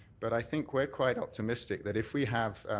but i think we're quite optimistic that if we have,